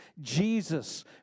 Jesus